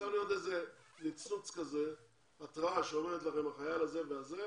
צריכה להיות התרעה שאומרת לכם שהחייל הזה והזה,